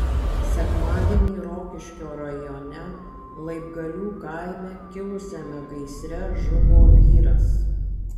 sekmadienį rokiškio rajone laibgalių kaime kilusiame gaisre žuvo vyras